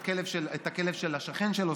את הכלב של השכן שלו,